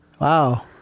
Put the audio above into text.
Wow